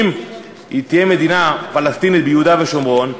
אם תהיה מדינה פלסטינית ביהודה ושומרון,